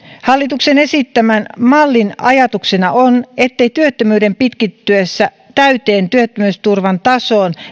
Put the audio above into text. hallituksen esittämän mallin ajatuksena on ettei työttömyyden pitkittyessä täyteen työttömyysturvan tasoon